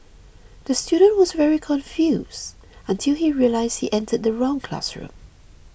the student was very confused until he realised he entered the wrong classroom